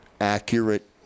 accurate